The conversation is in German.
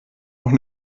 auch